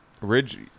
Ridge